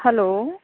hello